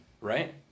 right